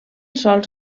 sols